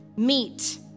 Meet